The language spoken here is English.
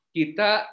kita